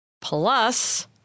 Plus